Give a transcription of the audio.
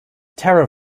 terror